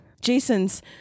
jason's